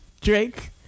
Drake